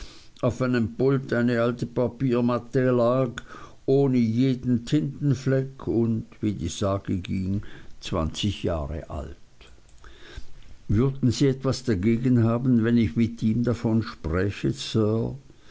auf einem pult eine alte papiermappe lag ohne jeden tintenfleck und wie die sage ging zwanzig jahre alt würden sie etwas dagegen haben wenn ich mit ihm davon spräche